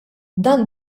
dan